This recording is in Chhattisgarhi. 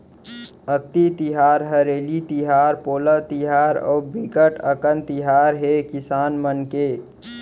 अक्ति तिहार, हरेली तिहार, पोरा तिहार अउ बिकट अकन तिहार हे किसान मन के